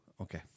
Okay